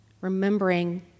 remembering